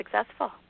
successful